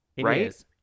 right